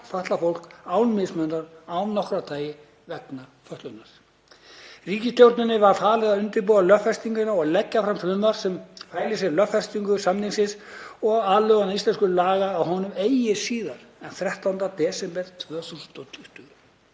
fatlað fólk án mismununar af nokkru tagi vegna fötlunar.““ „Ríkisstjórninni var falið að undirbúa lögfestinguna og að leggja fram frumvarp sem fæli í sér lögfestingu samningsins og aðlögun íslenskra laga að honum eigi síðar en 13. desember 2020.